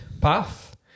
path